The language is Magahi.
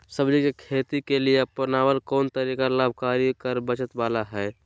सब्जी के खेती के लिए अपनाबल कोन तरीका लाभकारी कर बचत बाला है?